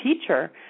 teacher